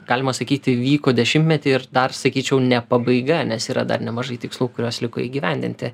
galima sakyti vyko dešimtmetį ir dar sakyčiau ne pabaiga nes yra dar nemažai tikslų kuriuos liko įgyvendinti